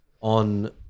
on